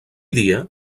dia